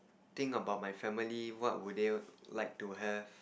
think about my family what would they like to have